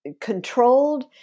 controlled